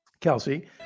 Kelsey